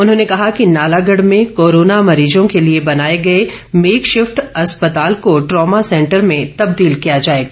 उन्होंने कहा कि नालागढ़ में कोरोना मरीजों के लिए बनाए गए मेकशिफ्ट अस्पताल को ट्रामा सेंटर में तब्दील किया जाएगा